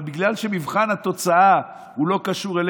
אבל בגלל שמבחן התוצאה לא קשור,